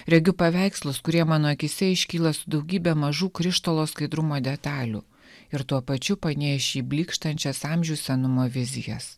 regiu paveikslus kurie mano akyse iškyla daugybė mažų krištolo skaidrumo detalių ir tuo pačiu panėši į blykštančias amžių senumo vizijas